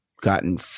gotten